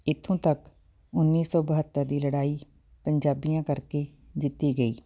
ਇੱਥੋਂ ਤੱਕ ਉੱਨੀ ਸੌ ਬਹੱਤਰ ਦੀ ਲੜਾਈ ਪੰਜਾਬੀਆਂ ਕਰਕੇ ਜਿੱਤੀ ਗਈ